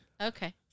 Okay